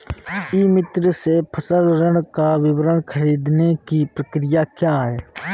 ई मित्र से फसल ऋण का विवरण ख़रीदने की प्रक्रिया क्या है?